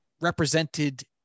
represented